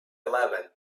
eleven